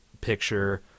picture